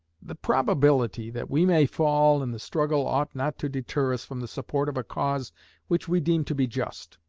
the probability that we may fall in the struggle ought not to deter us from the support of a cause which we deem to be just.